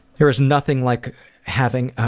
there is nothing like having, ah